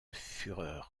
fureur